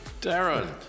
Darren